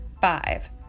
five